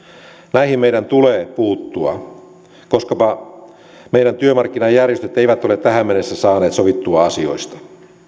näihin meidän tulee puuttua koskapa meidän työmarkkinajärjestömme eivät ole tähän mennessä saaneet sovittua asioista